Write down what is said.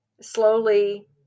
slowly